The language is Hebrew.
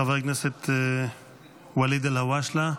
חבר הכנסת ואליד אלהואשלה,